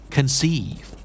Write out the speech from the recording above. Conceive